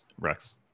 Rex